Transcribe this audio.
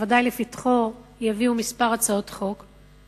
שבוודאי יביאו לפתחו כמה הצעות חוק,